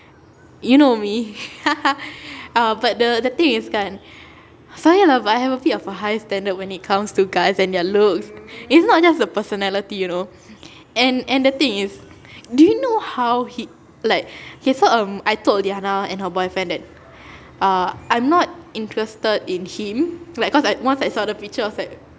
you know me uh but the the thing is kan so ya lah but I have a bit of a high standard when it comes to guys than their looks it's not just the personality you know and and the thing is do you know how he like so um I told diana and her boyfriend that uh I'm not interested in him like cause I once I saw the picture I was like